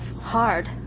hard